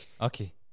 Okay